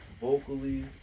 Vocally